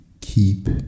keep